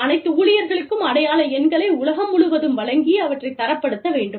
அனைத்து ஊழியர்களுக்கும் அடையாள எண்களை உலகம் முழுவதும் வழங்கி அவற்றை தரப்படுத்த வேண்டும்